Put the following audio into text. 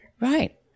Right